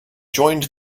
joined